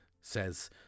says